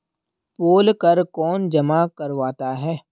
पोल कर कौन जमा करवाता है?